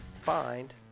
find